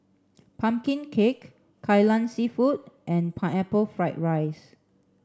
Pumpkin Cake Kai Lan Seafood and Pineapple Fried Rice